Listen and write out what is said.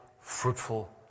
fruitful